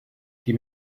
die